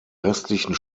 restlichen